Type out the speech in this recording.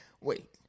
Wait